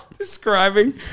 Describing